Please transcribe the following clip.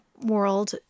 world